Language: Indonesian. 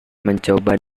mencoba